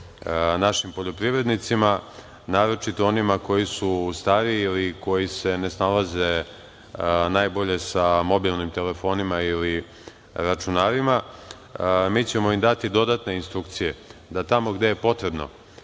našim poljoprivrednicima, naročito onima koji su stariji ili koji se ne snalaze najbolje sa mobilnim telefonima ili računarima. Mi ćemo im dati dodatne instrukcije da tamo gde je potrebno